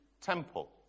temple